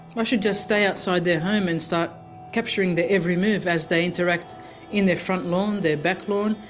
i should just stay outside their home and start capturing their every move as they interact in their front lawn, their back lawn,